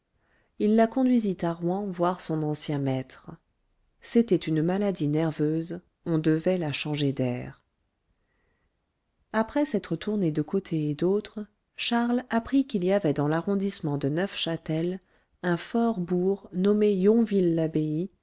il la conduisit à rouen voir son ancien maître c'était une maladie nerveuse on devait la changer d'air après s'être tourné de côté et d'autre charles apprit qu'il y avait dans l'arrondissement de neufchâtel un fort bourg nommé